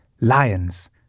Lions